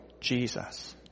Jesus